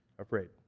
afraid